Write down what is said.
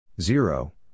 zero